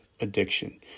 addiction